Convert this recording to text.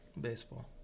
Baseball